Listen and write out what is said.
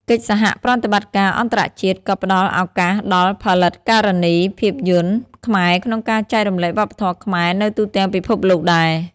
កិច្ចសហប្រតិបត្តិការអន្តរជាតិក៏ផ្តល់ឱកាសដល់ផលិតការនីភាពយន្តខ្មែរក្នុងការចែករំលែកវប្បធម៌ខ្មែរនៅទូទាំងពិភពលោកដែរ។